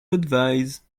advise